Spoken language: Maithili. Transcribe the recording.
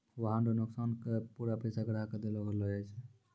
वाहन रो नोकसान के पूरा पैसा ग्राहक के देलो करलो जाय छै